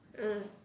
ah